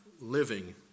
living